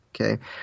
okay